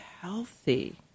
healthy